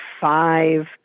five